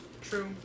True